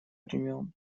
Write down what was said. времён